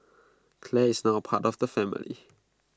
Clare is now apart of the family